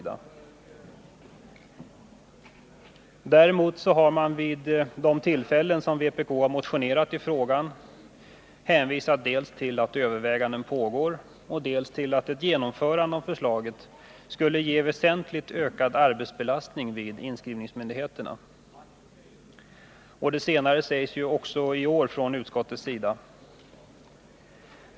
Däremot har man vid de tillfällen då vpk motionerat i frågan hänvisat dels till att överväganden pågår, dels till att ett genomförande av förslagen skulle ge väsentligt ökad arbetsbelastning vid inskrivningsmyndigheterna. Det senare anför utskottet även i år.